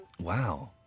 Wow